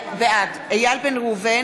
בעד נפתלי בנט, נגד יחיאל חיליק בר,